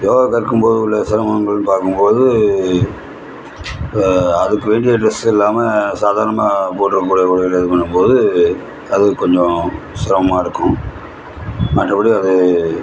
யோகா கற்கும்போது உள்ள சிரமங்கள்னு பார்க்கும்போது அதுக்கு வேண்டிய ட்ரெஸ்ஸு இல்லாமல் சாதாரணமாக போட்டுகிட்டு போயி இது பண்ணும் போது அது கொஞ்சம் சிரமமாக இருக்கும் மற்றபடி அது